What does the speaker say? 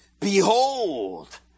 behold